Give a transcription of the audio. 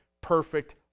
perfect